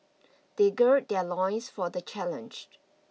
they gird their loins for the challenge